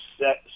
set